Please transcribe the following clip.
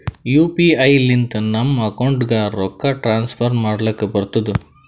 you P I ಲಿಂತ ನಮ್ ಅಕೌಂಟ್ಗ ರೊಕ್ಕಾ ಟ್ರಾನ್ಸ್ಫರ್ ಮಾಡ್ಲಕ್ ಬರ್ತುದ್